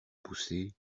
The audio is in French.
poussez